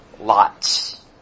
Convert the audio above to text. lots